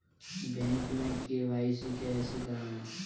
Bank में KYC कैसे करायें?